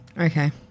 Okay